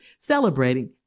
celebrating